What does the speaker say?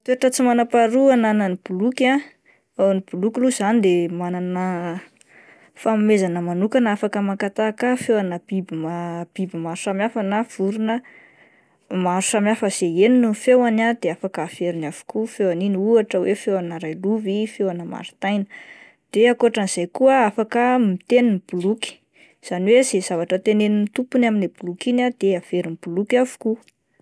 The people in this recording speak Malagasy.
Toetra tsy manam-paharoa ananan'ny boloky ah, ny bololy aloha izany ah de manana fanomezana manokana afaka maka tahaka feona biby ma-biby maro samy hafa na vorona maro samy hafa izay henony ny feoany ah de afaka averiny avokoa ny feon'iny ohatra hoe feona railovy, feona maritaina, de akotran'izay koa afaka miteny ny boloky izany hoe izay zavatra tenenin'ny tompony amin'ilay boloky iny de averin'ny boloky avokoa.